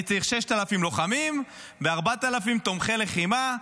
אני צריך 6,000 לוחמים ו-4,000 תומכי לחימה,